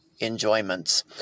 enjoyments